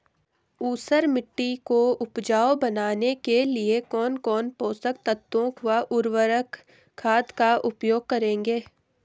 ऊसर मिट्टी को उपजाऊ बनाने के लिए कौन कौन पोषक तत्वों व उर्वरक खाद का उपयोग करेंगे?